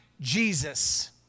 Jesus